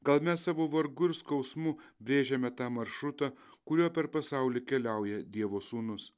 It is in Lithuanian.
gal mes savo vargu ir skausmu brėžiame tą maršrutą kuriuo per pasaulį keliauja dievo sūnus